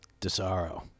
DeSaro